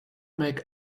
make